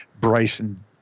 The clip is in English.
Bryson